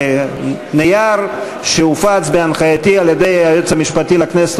נייר שהופץ בהנחייתי על-ידי היועץ המשפטי לכנסת,